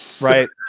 right